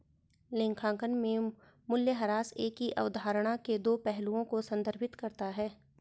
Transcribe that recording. लेखांकन में मूल्यह्रास एक ही अवधारणा के दो पहलुओं को संदर्भित करता है